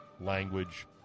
language